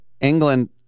England